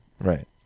Right